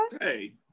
hey